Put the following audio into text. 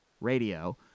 Radio